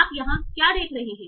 आप यहाँ क्या देख रहे हैं